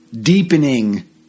deepening